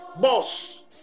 boss